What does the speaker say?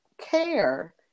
care